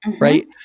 Right